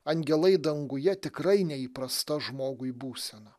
angelai danguje tikrai neįprasta žmogui būsena